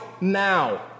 now